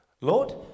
Lord